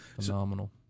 phenomenal